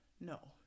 No